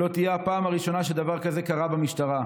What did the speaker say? לא תהיה הפעם הראשונה שדבר כזה קרה במשטרה.